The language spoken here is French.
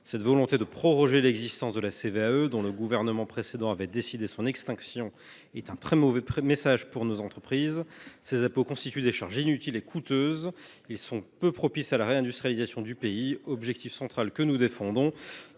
Cette volonté de proroger l’existence de la CVAE, dont le précédent gouvernement avait décidé l’extinction, constitue un très mauvais message adressé à nos entreprises. Ces impôts représentent des charges inutiles et coûteuses, peu propices à la réindustrialisation du pays, objectif central que nous défendons.